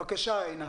בבקשה עינת.